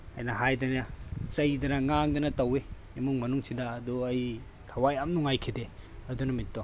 ꯍꯥꯏꯅ ꯍꯥꯏꯗꯅ ꯆꯩꯗꯅ ꯉꯥꯡꯗꯅ ꯇꯧꯏ ꯏꯃꯨꯡ ꯃꯅꯨꯡꯁꯤꯗ ꯑꯗꯣ ꯑꯩ ꯊꯋꯥꯏ ꯌꯥꯝ ꯅꯨꯉꯥꯏꯈꯤꯗꯦ ꯑꯗꯨ ꯅꯨꯃꯤꯠꯇꯣ